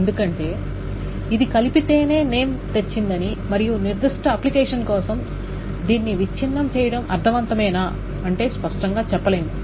ఎందుకంటే ఇది కలిపితేనే నేమ్ తెచ్చిందని మరియు నిర్దిష్ట అప్లికేషన్ కోసం దాన్ని విచ్ఛిన్నం చేయడం అర్థవంతమేనా అంటే స్పష్టంగా చెప్పలేము